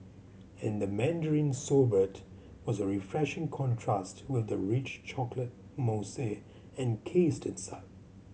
and the mandarin sorbet was a refreshing contrast with the rich chocolate mousse encased inside